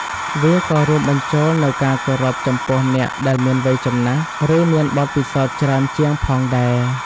វាក៏រួមបញ្ចូលនូវការគោរពចំពោះអ្នកដែលមានវ័យចំណាស់ ឬមានបទពិសោធន៍ច្រើនជាងផងដែរ។